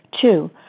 Two